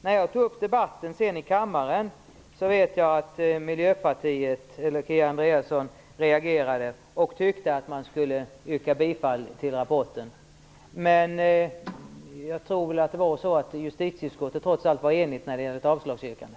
När jag sedan tog upp debatten i kammaren vet jag att Miljöpartiet och Kia Andreasson reagerade och tyckte att man skulle yrka bifall till rapporten. Men jag tror att justitieutskottet trots allt var enigt i sitt avslagsyrkande.